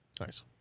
Nice